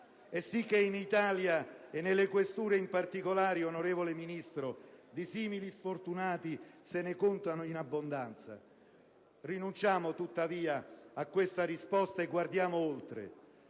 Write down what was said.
E sì che in Italia, e nelle questure in particolare, onorevole Ministro, di simili sfortunati se ne contano in abbondanza. Rinunciamo, tuttavia, a questa risposta e guardiamo oltre.